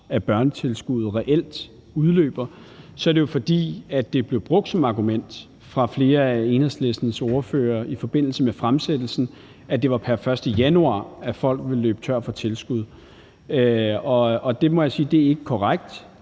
at børnetilskuddet reelt udløber, er det jo, fordi det blev brugt som argument af flere af Enhedslistens ordførere i forbindelse med fremsættelsen, at det var pr. 1. januar, at folk ville løbe tør for tilskud. Og der må jeg sige, at det ikke er korrekt,